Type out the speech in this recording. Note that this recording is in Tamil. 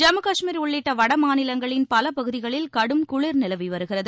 ஜம்மு காஷ்மீர் உள்ளிட்ட வட மாநிலங்களின் பல பகுதிகளில் கடும் குளிர் நிலவி வருகிறது